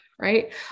right